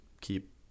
keep